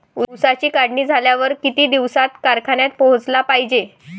ऊसाची काढणी झाल्यावर किती दिवसात कारखान्यात पोहोचला पायजे?